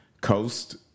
coast